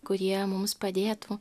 kurie mums padėtų